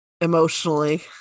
emotionally